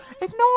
ignore